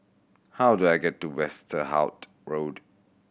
how do I get to Westerhout Road